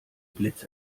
blitz